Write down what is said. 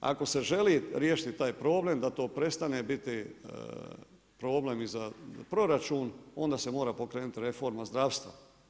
Ako se želi riješiti taj problem da to prestane biti problem i za proračun, onda se mora pokrenuti reforma zdravstva.